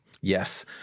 Yes